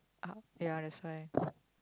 uh ya that's why